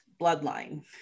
bloodline